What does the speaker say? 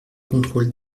contrôle